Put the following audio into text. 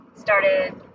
started